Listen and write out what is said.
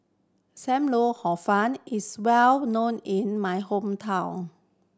Sam Lau Hor Fun is well known in my hometown